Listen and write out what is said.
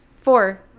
Four